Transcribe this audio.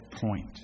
point